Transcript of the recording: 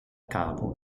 cavo